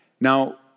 Now